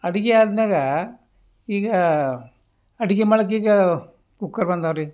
ಅಡ್ಗೆ ಅದ್ನಾಗ ಈಗ ಅಡ್ಗೆ ಮಾಡಾಕೀಗ ಕುಕ್ಕರ್ ಬಂದಾವ್ರಿ